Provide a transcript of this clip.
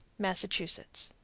massachusetts.